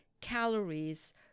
calories